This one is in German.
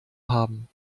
haben